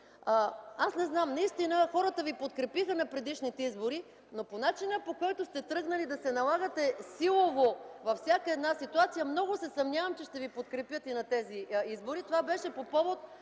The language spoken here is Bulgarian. презастраховки. Хората ви подкрепиха на предишните избори, но по начина, по който сте тръгнали да се налагате силово във всяка една ситуация, много се съмнявам, че ще ви подкрепят и на тези избори. (Реплика от